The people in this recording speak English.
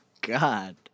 God